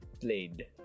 played